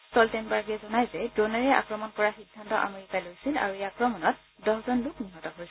ষ্টলটেনবাৰ্গে জনায় যে দ্ৰোণেৰে আক্ৰমণ কৰাৰ সিদ্ধান্ত আমেৰিকাই লৈছিল আৰু এই আক্ৰমণত দহজন লোক নিহত হৈছিল